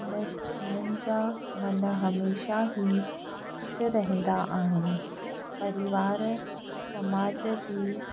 उन उन्हनि जा मन हमेशह ई ख़ुशि रहंदा आहिनि परिवार समाज जी